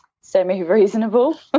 semi-reasonable